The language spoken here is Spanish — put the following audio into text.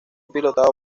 pilotado